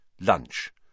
Lunch